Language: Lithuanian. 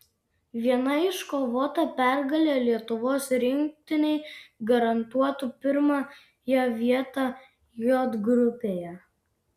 viena iškovota pergalė lietuvos rinktinei garantuotų pirmąją vietą j grupėje